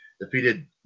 defeated